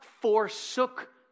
forsook